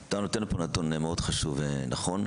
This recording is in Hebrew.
אתה נותן פה נתון מאוד חשוב ונכון.